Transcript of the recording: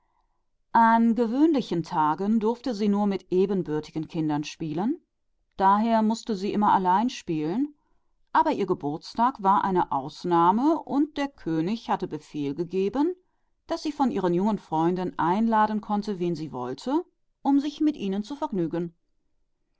an gewöhnlichen tagen durfte sie nur mit kindern ihres ranges spielen und also mußte sie immer allein spielen aber ihr geburtstag war eine ausnahme und der könig hatte befehl gegeben daß sie von ihren jungen freunden und freundinnen einladen sollte wen sie wollte um sich mit ihnen zu vergnügen